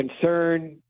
concern